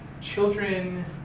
children